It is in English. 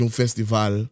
festival